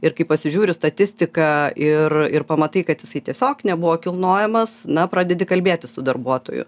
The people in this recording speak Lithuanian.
ir kai pasižiūri statistiką ir ir pamatai kad jisai tiesiog nebuvo kilnojamas na pradedi kalbėtis su darbuotoju